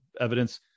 evidence